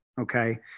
Okay